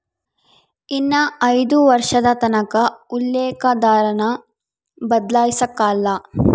ಇನ್ನ ಐದು ವರ್ಷದತಕನ ಉಲ್ಲೇಕ ದರಾನ ಬದ್ಲಾಯ್ಸಕಲ್ಲ